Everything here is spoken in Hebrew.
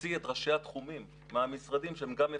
מוציא את ראשי התחומים מהמשרדים שהם גם מפקחים,